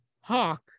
Hawk